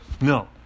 No